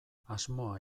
asmoa